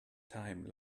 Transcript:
time